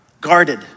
guarded